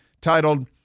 titled